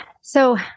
So-